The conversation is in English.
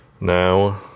now